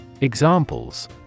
Examples